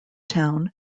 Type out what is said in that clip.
town